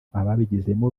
ababigizemo